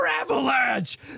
avalanche